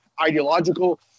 ideological